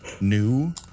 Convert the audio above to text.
new